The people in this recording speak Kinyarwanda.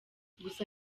gusa